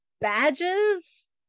badges